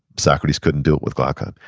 socrates couldn't do it with glaucon.